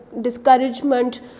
discouragement